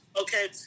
Okay